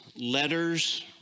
letters